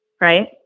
Right